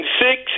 six